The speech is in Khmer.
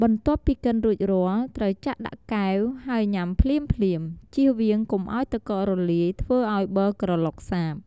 បន្ទាប់ពីកិនរួចរាល់ ត្រូវចាក់ដាក់កែវហើយញ៉ាំភ្លាមៗ ជៀសវាងកុំឲ្យទឹកកករលាយធ្វើឲ្យប័រក្រឡុកសាប។